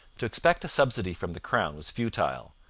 to expect a subsidy from the crown was futile,